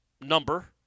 number